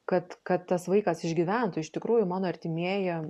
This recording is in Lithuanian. kad kad tas vaikas išgyventų iš tikrųjų mano artimieji